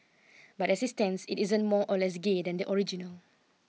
but it stands it isn't more or less gay than the original